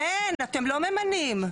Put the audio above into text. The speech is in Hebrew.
אין, אתם לא ממנים.